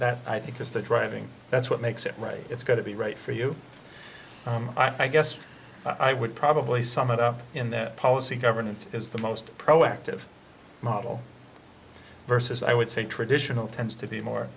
that i think is the driving that's what makes it right it's got to be right for you i guess i would probably sum it up in that policy governance is the most proactive model versus i would say traditional tends to be more